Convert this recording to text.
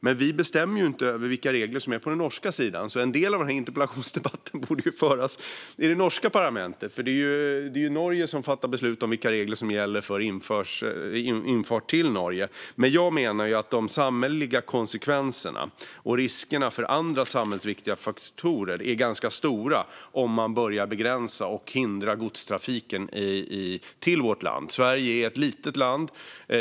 Men vi bestämmer inte över vilka regler som gäller på den norska sidan, så en del av den här interpellationsdebatten borde föras i det norska parlamentet! Det är Norge som fattar beslut om vilka regler som gäller för infart till Norge. Jag menar dock att de samhälleliga konsekvenserna och riskerna för andra samhällsviktiga faktorer är ganska stora om man börjar begränsa och hindra godstrafiken till vårt land. Sverige är ett litet land.